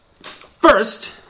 first